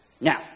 Now